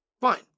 fine